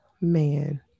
man